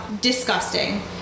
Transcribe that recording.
disgusting